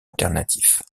alternatifs